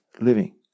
living